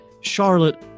Charlotte